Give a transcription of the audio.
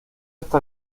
está